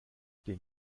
den